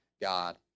God